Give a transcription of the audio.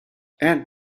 aunt